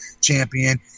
champion